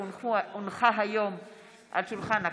כי הונחה היום על שולחן הכנסת,